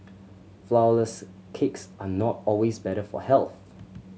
flourless cakes are not always better for health